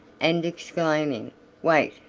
and exclaiming wait,